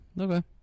Okay